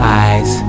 eyes